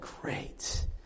great